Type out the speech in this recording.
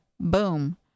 Boom